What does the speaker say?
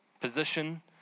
position